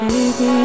Baby